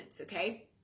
Okay